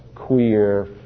queer